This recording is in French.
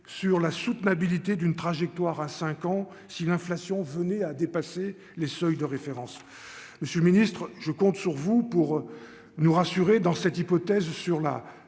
sur la soutenabilité d'une trajectoire à cinq ans, si l'inflation venait à dépasser les seuils de référence monsieur le Ministre je compte sur vous pour nous rassurer dans cette hypothèse sur la